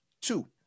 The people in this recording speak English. Two